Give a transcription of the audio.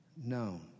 known